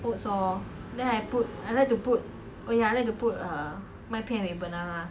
oats orh then I put I like to put oh ya I like to put uh 麦片 with banana